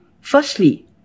firstly